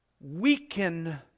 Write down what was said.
weaken